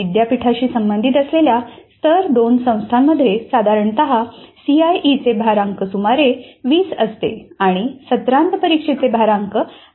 विद्यापीठाशी संबंधित असलेल्या स्तर 2 संस्थांमध्ये साधारणत सीआयईचे भारांक सुमारे 20 असते आणि सत्रांत परीक्षेचे भारांक 80 असते